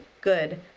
good